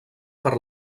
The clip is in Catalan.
per